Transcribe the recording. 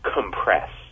compress